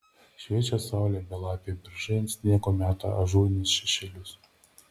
šviečia saulė belapiai beržai ant sniego meta ažūrinius šešėlius